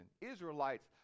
Israelites